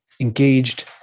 engaged